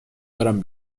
برم